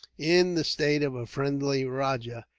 in the state of a friendly rajah,